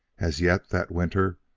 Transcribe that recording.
as yet, that winter,